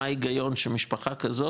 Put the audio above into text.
מה ההיגיון שמשפחה כזאת,